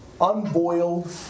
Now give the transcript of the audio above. unboiled